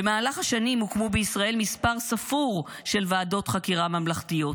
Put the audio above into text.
במהלך השנים הוקמו בישראל מספר ספור של ועדות חקירה ממלכתיות